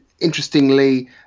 interestingly